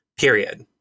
period